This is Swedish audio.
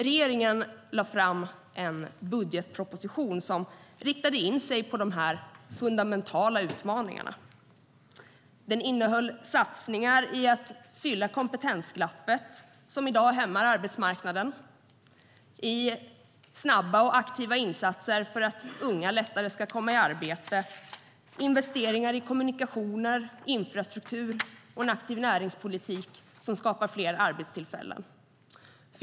Regeringen lade fram en budgetproposition som riktade in sig på de fundamentala utmaningarna. Den innehöll satsningar på att fylla kompetensglappet, som i dag hämmar arbetsmarknaden, snabba och aktiva insatser för att unga lättare ska komma i arbete, investeringar i kommunikationer, infrastruktur och en aktiv näringspolitik som skapar fler arbetstillfällen.